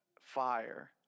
fire